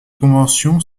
conventions